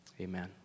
Amen